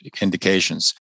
indications